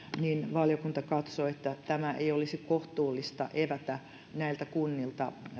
valiokunta katsoo että ei olisi kohtuullista evätä kunnilta